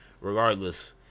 regardless